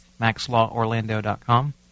maxlaworlando.com